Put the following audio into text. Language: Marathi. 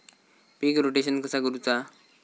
पीक रोटेशन कसा करूचा?